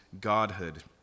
godhood